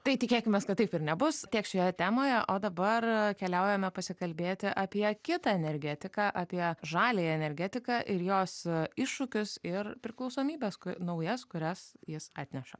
tai tikėkimės kad taip ir nebus tiek šioje temoje o dabar keliaujame pasikalbėti apie kitą energetiką apie žaliąją energetiką ir jos iššūkius ir priklausomybes naujas kurias jis atneša